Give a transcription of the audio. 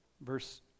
Verse